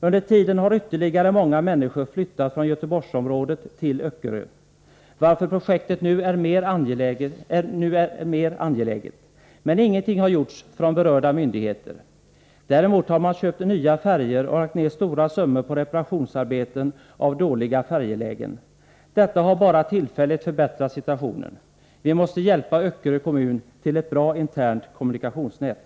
Under tiden har ytterligare många människor flyttat från Göteborgsområdet till Öckerö, varför projektet nu är än mer angeläget. Men ingenting har gjorts från berörda myndigheter. Däremot har man köpt nya färjor och lagt ned stora summor på reparation av dåliga färjelägen. Detta har bara tillfälligt förbättrat situationen. Vi måste hjälpa Öckerö kommun till ett bra internt kommunikationsnät.